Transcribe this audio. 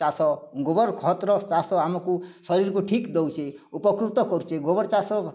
ଚାଷ ଗୋବର୍ ଖତର ଚାଷ ଆମକୁ ଶରୀରକୁ ଠିକ୍ ଦେଉଚି ଉପକୃତ କରୁଚି ଗୋବର୍ ଚାଷ